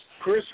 Chris